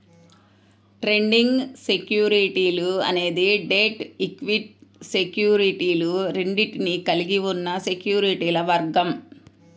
trading సెక్యూరిటీలు అనేది debt, equity సెక్యూరిటీలు రెండింటినీ కలిగి ఉన్న సెక్యూరిటీల వర్గం